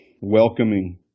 welcoming